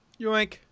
yoink